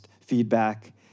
feedback